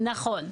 נכון.